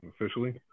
Officially